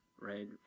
right